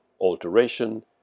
alteration